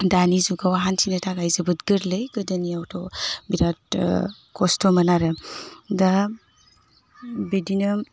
दानि जुगाव हान्थिनो थाखाय जोबोद गोरलै गोदोनियावथ' बेराद खस्थ'मोन आरो दा बिदिनो